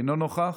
אינו נוכח,